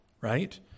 right